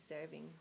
serving